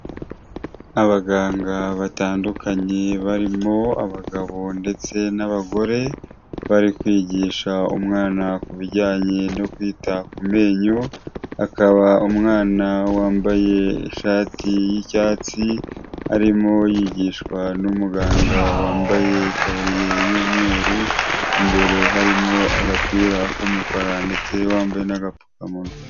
Abaganga batandukanye barimo abagabo ndetse n'abagore, bari kwigisha umwana kubijyanye kwita ku menyo, akaba umwana wambaye ishati y'icyatsi arimo yigishwa n'umuganga wambaye itaburiya y'umweru, imbere harimo agapira k'umukara ndetse wambaye n'agapfukamunwa.